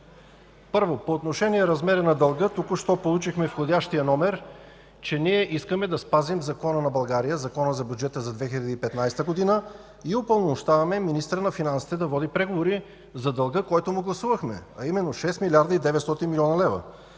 Първо, по отношение размера на дълга – току-що получихме входящия номер. Ние искаме да спазим закона на България – Законът за бюджета за 2015 г., и упълномощаваме министърът на финансите да води преговори за дълга, който му гласувахме, а именно 6 млрд.